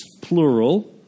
plural